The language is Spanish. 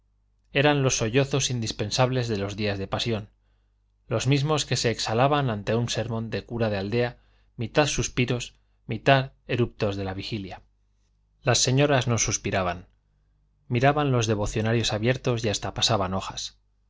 eran los sollozos indispensables de los días de pasión los mismos que se exhalaban ante un sermón de cura de aldea mitad suspiros mitad eruptos de la vigilia las señoras no suspiraban miraban los devocionarios abiertos y hasta pasaban hojas